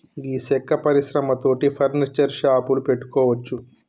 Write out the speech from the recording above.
గీ సెక్క పరిశ్రమ తోటి ఫర్నీచర్ షాపులు పెట్టుకోవచ్చు